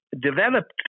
Developed